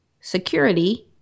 security